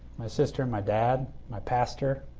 my sister and my dad, my pastor.